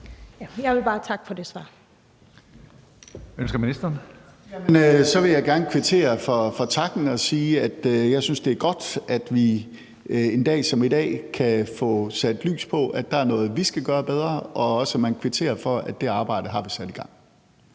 Ja. Kl. 15:28 Finansministeren (Nicolai Wammen): Så vil jeg gerne kvittere for takken og sige, at jeg synes, det er godt, at vi en dag som i dag kan få sat lys på, at der er noget, vi skal gøre bedre, og at man kvitterer for, at vi har sat det arbejde i gang.